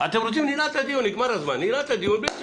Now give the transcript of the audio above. אתם רוצים, ננעל את הדיון בלי תוצאות.